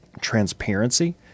transparency